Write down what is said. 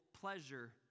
pleasure